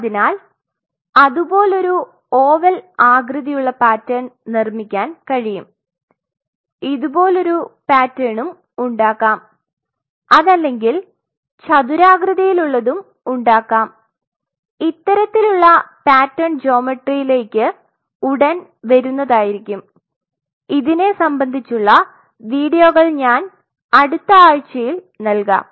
അതിനാൽ അതുപോലൊരു ഓവൽ ആകൃതിയിൽ ഉള്ള പാറ്റേൺ നിർമ്മിക്കാൻ കഴിയും ഇതുപോലൊരു പാറ്റെർണും ഉണ്ടാകാം അതല്ലെങ്കിൽ ചതുരാകൃതിയിൽ ഉള്ളതും ഉണ്ടാകാം ഇത്തരത്തിലുള്ള പാറ്റേൺ ജ്യോമെട്രികളിലേക്കു ഉടൻ വരുന്നതാരികും ഇതിനെ സംബന്ധിച്ചുള്ള വീഡിയോകൾ ഞാൻ അടുത്ത ആഴ്ചയിൽ നൽകാം